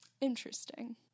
Interesting